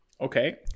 Okay